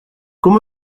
qu’on